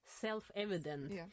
self-evident